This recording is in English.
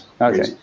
Okay